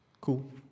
cool